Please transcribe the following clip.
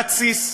להתסיס.